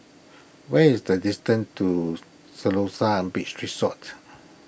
what is the distance to Siloso Beach Resort